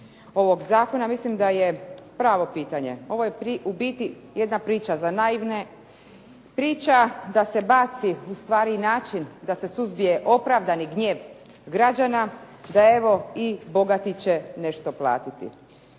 ovog zakona mislim da je pravo pitanje. Ovo je u biti jedna priča za naivne, priča da se baci ustvari i način da se suzbije opravdani gnjev građana, da evo i bogati će nešto platiti.